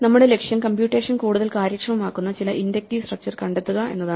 നമ്മുടെ ലക്ഷ്യം കമ്പ്യൂട്ടേഷൻ കൂടുതൽ കാര്യക്ഷമമാക്കുന്ന ചില ഇൻഡക്റ്റീവ് സ്ട്രക്ച്ചർ കണ്ടെത്തുക എന്നതാണ്